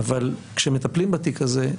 אבל כשמטפלים בתיק הזה,